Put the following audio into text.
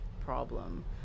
problem